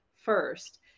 first